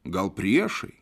gal priešai